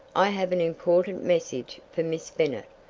i have an important message for miss bennet.